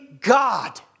God